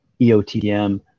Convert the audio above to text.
EOTM